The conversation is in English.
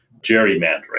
gerrymandering